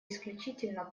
исключительно